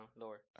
lower